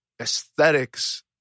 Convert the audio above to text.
aesthetics